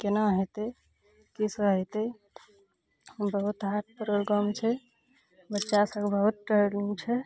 केना हेतै की सब हेतै बहुत हार्ड प्रोग्राम छै बच्चा सबके बहुत ट्रेनिंग छै